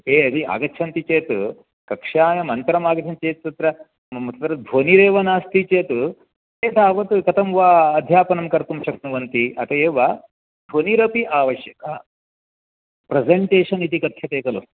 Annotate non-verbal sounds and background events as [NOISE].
ते यदि आगच्छन्ति चेत् कक्षायां अन्तरमागच्छन् चेत् तत्र [UNINTELLIGIBLE] ध्वनिरेव नास्ति चेत् ते तावत् कथं वा अध्यापनं कर्तुं शक्नुवन्ति अथ एव ध्वनिरपि आवश्यकः प्रेजेण्टेशन् इति कथ्यते खलु